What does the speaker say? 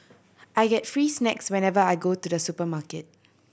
I get free snacks whenever I go to the supermarket